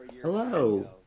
Hello